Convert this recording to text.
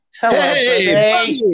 Hey